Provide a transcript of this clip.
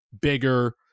bigger